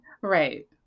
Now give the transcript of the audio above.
Right